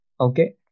okay